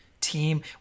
team